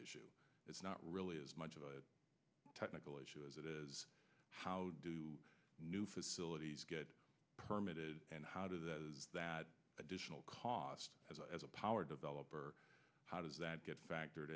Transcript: issue it's not really as much of a technical issue as it is how do new facilities get permits and how do those additional cost as a power developer how does that get factored